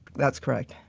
that's correct.